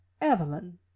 Evelyn